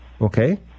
Okay